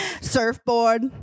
surfboard